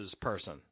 person